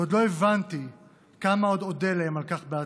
ועוד לא הבנתי כמה עוד אודה להם על כך בעתיד.